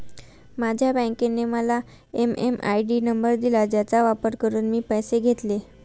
माझ्या बँकेने मला एम.एम.आय.डी नंबर दिला ज्याचा वापर करून मी पैसे घेतले